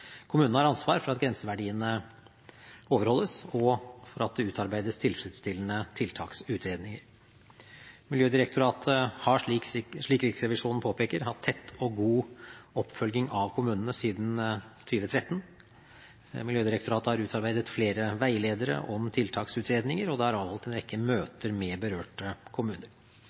Kommunene har ansvar for at grenseverdiene overholdes og for at det utarbeides tilfredsstillende tiltaksutredninger. Miljødirektoratet har, slik Riksrevisjonen påpeker, hatt tett og god oppfølging av kommunene siden 2013. Miljødirektoratet har utarbeidet flere veiledere om tiltaksutredninger, og det er avholdt en rekke møter med berørte kommuner.